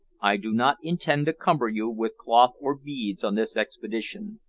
i do not intend to cumber you with cloth or beads on this expedition.